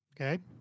Okay